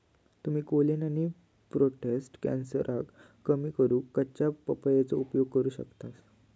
तुम्ही कोलेन आणि प्रोटेस्ट कॅन्सरका कमी करूक कच्च्या पपयेचो उपयोग करू शकतास